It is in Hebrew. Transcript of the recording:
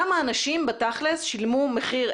כמה אנשים בתכל'ס שילמו מחיר,